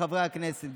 חברי הכנסת,